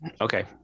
Okay